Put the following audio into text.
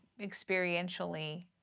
experientially